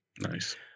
Nice